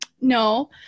no